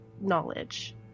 knowledge